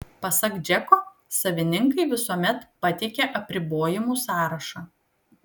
pasak džeko savininkai visuomet pateikia apribojimų sąrašą